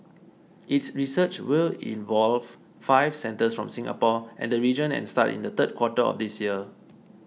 its research will involve five centres from Singapore and the region and start in the third quarter of this year